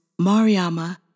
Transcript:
Mariama